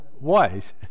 wise